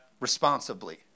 responsibly